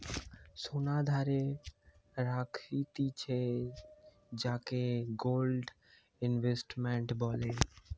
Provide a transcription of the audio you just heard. সোনা ধারে রাখতিছে যাকে গোল্ড ইনভেস্টমেন্ট বলে